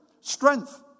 strength